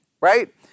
right